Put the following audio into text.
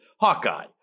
Hawkeye